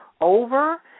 over